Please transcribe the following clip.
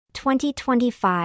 2025